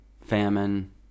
famine